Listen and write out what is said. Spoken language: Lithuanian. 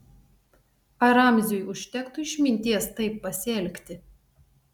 ar ramziui užtektų išminties taip pasielgti